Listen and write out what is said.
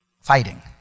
Fighting